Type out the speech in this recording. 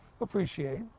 appreciate